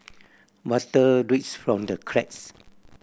water drips from the cracks